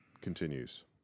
continues